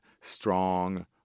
strong